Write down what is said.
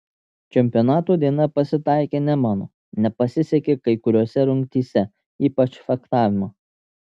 čempionato diena pasitaikė ne mano nepasisekė kai kuriose rungtyse ypač fechtavimo